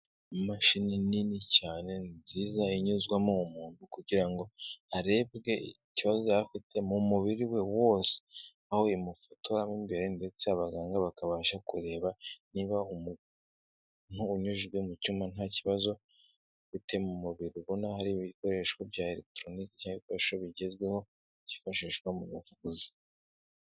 Imashini nini cyane nziza inyuzwamo umuntu kugira ngo harebwe ikibazo yaba afite mu mubiri we wose, aho imufotora mo imbere ndetse abaganga bakabasha kureba niba umuntu unyujwe mu cyuma nta kibazo afite mu mubiri. Ubona hari ibikoresho bya elegitoronike, ibikoresho bigezweho byifashishwa mu buvuzi.